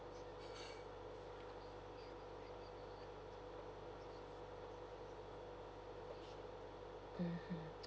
mm